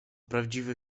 prawdziwy